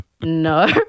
no